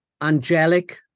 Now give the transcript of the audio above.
angelic